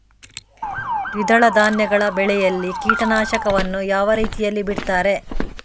ದ್ವಿದಳ ಧಾನ್ಯಗಳ ಬೆಳೆಯಲ್ಲಿ ಕೀಟನಾಶಕವನ್ನು ಯಾವ ರೀತಿಯಲ್ಲಿ ಬಿಡ್ತಾರೆ?